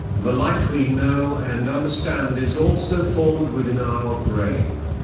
the light we know and understand is also formed within our brain.